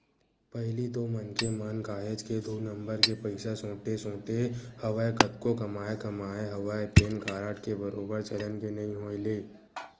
पहिली तो मनखे मन काहेच के दू नंबर के पइसा सोटे सोटे हवय कतको कमाए कमाए हवय पेन कारड के बरोबर चलन के नइ होय ले